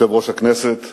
יושב-ראש הכנסת